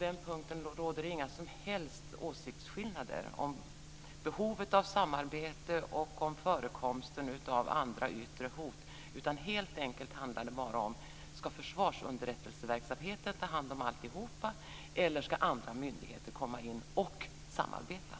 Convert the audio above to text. Fru talman! Om behovet av samarbete och om förekomsten av yttre hot råder det inga som helst åsiktsskillnader. Det handlar helt enkelt bara om frågan om försvarsunderrättelseverksamheten ska ta hand om alltihop eller om andra myndigheter ska medverka.